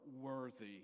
worthy